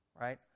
Right